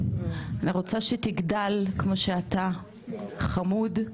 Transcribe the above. אני רוצה שתגדל כמו שאתה חמוד,